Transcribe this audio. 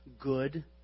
good